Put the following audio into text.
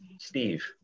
Steve